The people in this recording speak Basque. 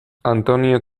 antonio